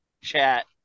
chat